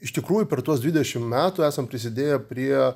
iš tikrųjų per tuos dvidešim metų esam prisidėję prie